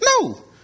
No